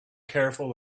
careful